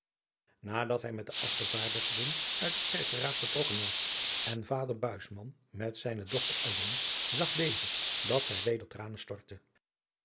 nadat hij met de afgevaardigden uit den kerkeraad vertrokken was en vader buisman met zijne dochter alleen zag deze dat zij weder tranen stortte